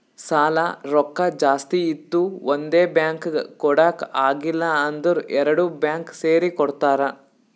ಸಾಲಾ ರೊಕ್ಕಾ ಜಾಸ್ತಿ ಇತ್ತು ಒಂದೇ ಬ್ಯಾಂಕ್ಗ್ ಕೊಡಾಕ್ ಆಗಿಲ್ಲಾ ಅಂದುರ್ ಎರಡು ಬ್ಯಾಂಕ್ ಸೇರಿ ಕೊಡ್ತಾರ